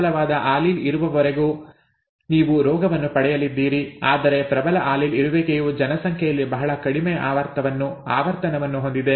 ಪ್ರಬಲವಾದ ಆಲೀಲ್ ಇರುವವರೆಗೂ ನೀವು ರೋಗವನ್ನು ಪಡೆಯಲಿದ್ದೀರಿ ಆದರೆ ಪ್ರಬಲ ಆಲೀಲ್ ಇರುವಿಕೆಯು ಜನಸಂಖ್ಯೆಯಲ್ಲಿ ಬಹಳ ಕಡಿಮೆ ಆವರ್ತನವನ್ನು ಹೊಂದಿದೆ